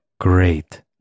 Great